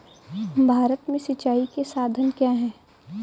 भारत में सिंचाई के साधन क्या है?